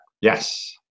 Yes